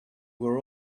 were